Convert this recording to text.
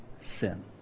sin